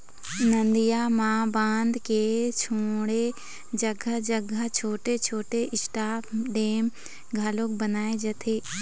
नदियां म बांध के छोड़े जघा जघा छोटे छोटे स्टॉप डेम घलोक बनाए जाथे